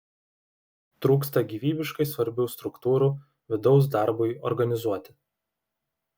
trūksta gyvybiškai svarbių struktūrų vidaus darbui organizuoti